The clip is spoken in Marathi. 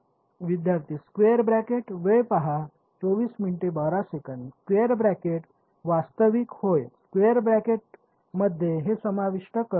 विद्यार्थी स्क्वेअर ब्रॅकेट स्क्वेअर ब्रॅकेट वास्तविक होय स्क्वेअर ब्रॅकेट मध्ये हे समाविष्ट करू नये